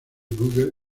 google